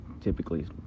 typically